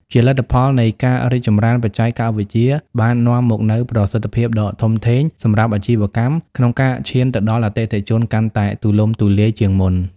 ជាលទ្ធផលនៃការរីកចម្រើនបច្ចេកវិទ្យាបាននាំមកនូវ ប្រសិទ្ធភាពដ៏ធំធេងសម្រាប់អាជីវកម្ម ក្នុងការឈានទៅដល់អតិថិជនកាន់តែទូលំទូលាយជាងមុន។